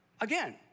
Again